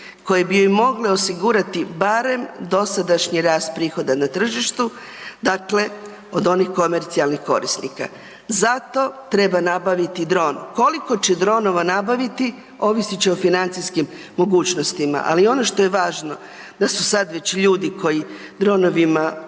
koje bi joj mogle osigurati barem dosadašnji rast prihoda na tržištu, dakle od onih komercijalnih korisnika. Zato treba nabavit dron, koliko će dronova nabaviti, ovisit će o financijskim mogućnostima ali ono što je važno da su sad već ljudi koji dronovima